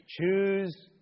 Choose